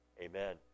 amen